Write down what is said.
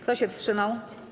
Kto się wstrzymał?